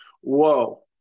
whoa